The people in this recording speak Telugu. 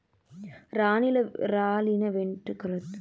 రాలిన వెంట్రుకలతో సేనా పెద్ద బిజినెస్ జరుగుతుండాది పెపంచంల